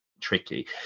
tricky